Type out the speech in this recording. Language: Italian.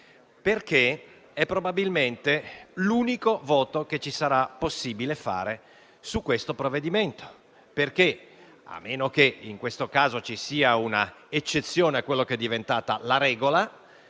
perché è probabilmente l'unico voto che ci sarà possibile esprimere sul provvedimento, perché, a meno che in questo caso non ci sia un'eccezione a quella che è diventata la regola,